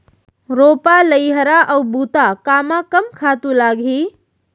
रोपा, लइहरा अऊ बुता कामा कम खातू लागही?